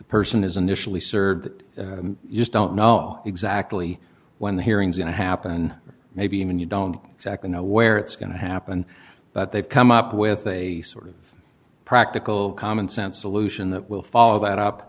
the person is initially served that you just don't know exactly when the hearings going to happen maybe even you don't exactly know where it's going to happen but they've come up with a sort of practical common sense solutions that will follow that up